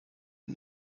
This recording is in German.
ihn